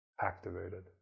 activated